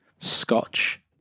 scotch